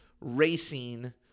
racing